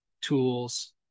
tools